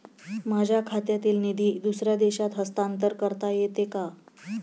माझ्या खात्यातील निधी दुसऱ्या देशात हस्तांतर करता येते का?